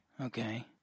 Okay